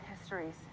histories